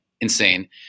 insane